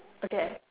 okay